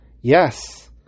yes